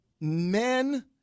Men